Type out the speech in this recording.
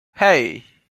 hey